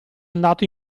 andato